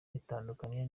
ritandukanye